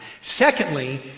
Secondly